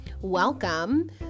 Welcome